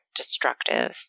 destructive